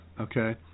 okay